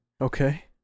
Okay